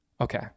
Okay